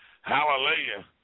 hallelujah